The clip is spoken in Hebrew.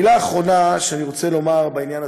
המילה האחרונה שאני רוצה לומר בעניין